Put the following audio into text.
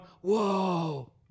whoa